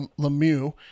Lemieux